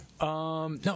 No